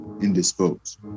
indisposed